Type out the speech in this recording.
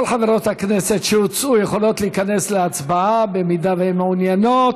כל חברות הכנסת שהוצאו יכולות להיכנס להצבעה אם הן מעוניינות.